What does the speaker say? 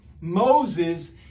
Moses